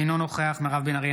אינו נוכח מירב בן ארי,